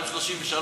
היום, 33 שקלים.